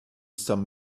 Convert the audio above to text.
some